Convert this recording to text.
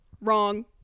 wrong